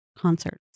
concerts